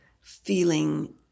feeling